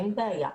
אין בעיה.